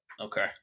Okay